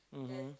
mmhmm